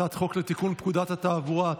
הצעת חוק לתיקון פקודת התעבורה,